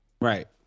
Right